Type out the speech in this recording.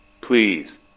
Please